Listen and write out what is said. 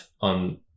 on